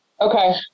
Okay